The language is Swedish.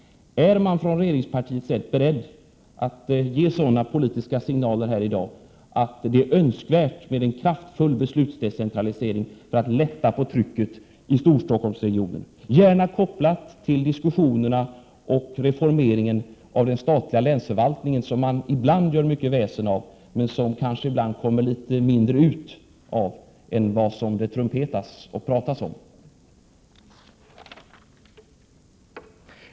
Är man från regeringspartiets sida beredd att ge sådana politiska signaler här i dag att det står klart att det, för att lätta på trycket i Storstockholmsregionen, är önskvärt med en kraftfull beslutdecentralisering, gärna kopplad till diskussionen om reformeringen av den statliga länsförvaltningen, något som man ibland gör mycket väsen av men som det kanske kommit ut mindre av än vad det har trumpetats och pratats om?